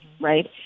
right